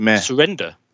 surrender